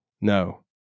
No